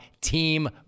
Team